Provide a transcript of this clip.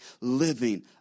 living